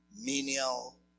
menial